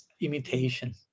imitation